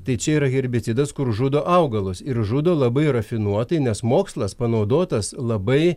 tai čia yra herbicidas kur žudo augalus ir žudo labai rafinuotai nes mokslas panaudotas labai